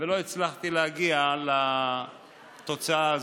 ולא הצלחתי להגיע לתוצאה הזאת.